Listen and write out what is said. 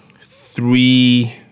three